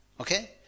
Okay